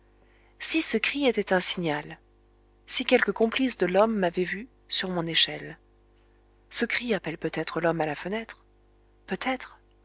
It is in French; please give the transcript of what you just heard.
si ce cri était un signal si quelque complice de l'homme m'avait vu sur mon échelle ce cri appelle peut-être l'homme à la fenêtre peut-être